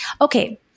Okay